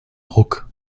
ruck